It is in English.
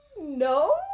no